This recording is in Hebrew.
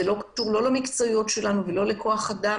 זה לא קשור למקצועיות שלנו או לכמות כוח האדם,